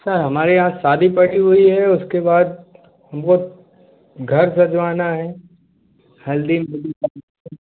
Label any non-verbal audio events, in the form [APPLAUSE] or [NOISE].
ऐसा है हमारे यहाँ शादी पड़ी हुई है उसके बाद हमको घर सजवाना है हल्दी मेहँदी का [UNINTELLIGIBLE]